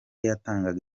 yatangaga